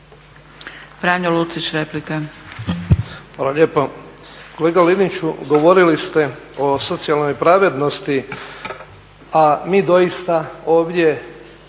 Franjo Lucić, replika.